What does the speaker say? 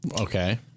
Okay